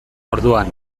orduan